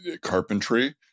carpentry